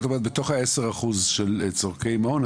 בתוך ה-10% של צרכי מעון,